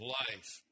life